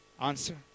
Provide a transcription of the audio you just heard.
Answer